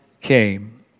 came